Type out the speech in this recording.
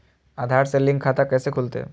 आधार से लिंक खाता कैसे खुलते?